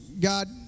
God